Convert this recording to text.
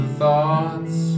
thoughts